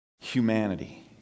humanity